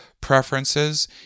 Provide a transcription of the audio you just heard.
preferences